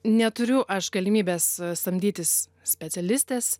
neturiu aš galimybės samdytis specialistės